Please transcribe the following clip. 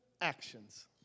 actions